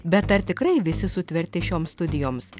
bet ar tikrai visi sutverti šioms studijoms